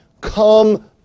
Come